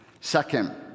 Second